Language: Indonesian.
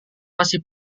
masih